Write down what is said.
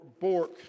Bork